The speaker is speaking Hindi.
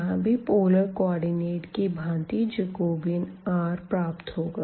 यहाँ भी पोलर कोऑर्डिनेट की भांति जैकोबियन rप्राप्त होगा